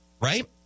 right